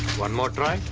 one more try?